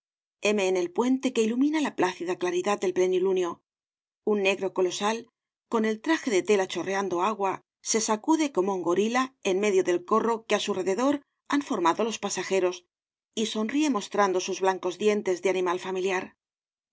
en el puente que ilumina la plácida claridad del plenilunio un negro colosal con el traje de tela chorreando agua se sacude como un gorila en medio del corro que á su rededor han formado los pasajeros y sonríe mostrando sus blancos dientes de animal familiar á